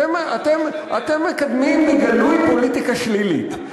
אתם מקדמים בגלוי פוליטיקה שלילית.